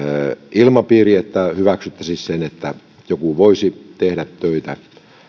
ilmapiiri että hyväksyttäisiin se että joku voisi tehdä töitä